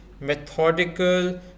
methodical